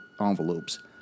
envelopes